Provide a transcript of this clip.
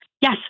Yes